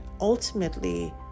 ultimately